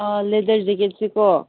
ꯑꯥ leather ꯖꯦꯀꯦꯠꯁꯦꯀꯣ